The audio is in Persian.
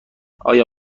آیا